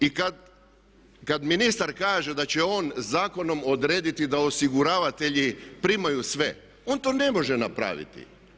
I kad ministar kaže da će on zakonom odrediti da osiguravatelji primaju sve, on to ne može napraviti.